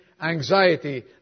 Anxiety